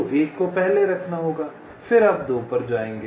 तो 1 को पहले रखना होगा फिर आप 2 पर जाएंगे